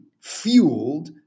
fueled